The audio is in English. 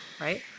right